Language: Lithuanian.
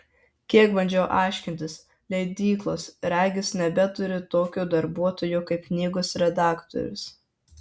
kiek bandžiau aiškintis leidyklos regis nebeturi tokio darbuotojo kaip knygos redaktorius